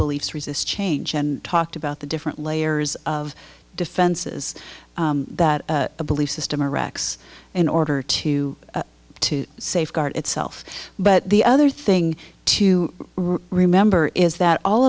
beliefs resists change and talked about the different layers of defenses that a belief system wrecks in order to to safeguard itself but the other thing to remember is that all